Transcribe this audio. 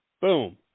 Boom